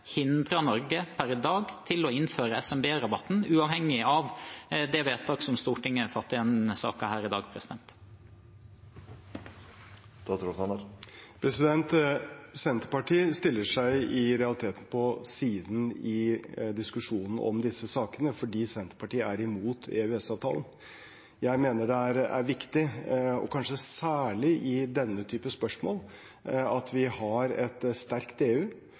Norge per i dag i å innføre SMB-rabatten, uavhengig av det vedtaket Stortinget fatter i denne saken i dag? Senterpartiet stiller seg i realiteten på siden av diskusjonen om disse sakene fordi Senterpartiet er imot EØS-avtalen. Jeg mener det er viktig, kanskje særlig i denne typen spørsmål, at vi har et sterkt EU,